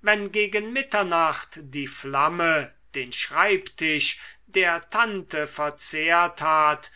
wenn gegen mitternacht die flamme den schreibtisch der tante verzehrt hat